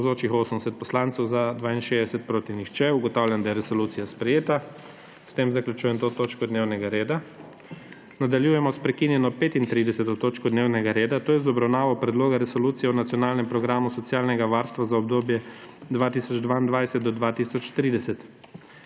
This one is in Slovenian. (Za je glasovalo 62.) (Proti nihče.) Ugotavljam, da je resolucija sprejeta. S tem zaključujem to točko dnevnega reda. Nadaljujemo s prekinjeno 35. točko dnevnega reda, to je z obravnavo Predloga resolucije o Nacionalnem programu socialnega varstva za obdobje 2022–2030.